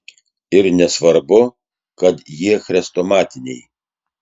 ir nesvarbu kad jie chrestomatiniai